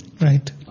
Right